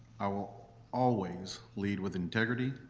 i will always lead with integrity